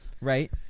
Right